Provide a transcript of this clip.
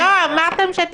אמרתם שתבדקו.